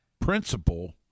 principle